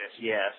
yes